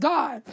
God